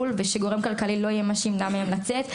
בחוץ לארץ ושגורם כלכלי לא יהיה זה שימנע מהם לצאת.